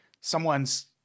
someone's